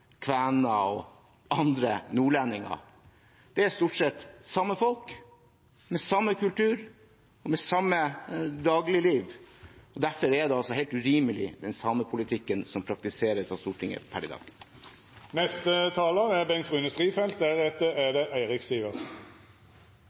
kvener og andre nordlendinger. Det er stort sett samme folk, med samme kultur og med samme dagligliv. Derfor er den også helt urimelig, den samepolitikken som praktiseres av Stortinget per i dag. Dagens prosedyre for konsultasjoner mellom statlige myndigheter og Sametinget ble fastsatt i 2005. Når departementets vurdering er